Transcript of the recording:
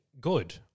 good